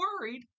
worried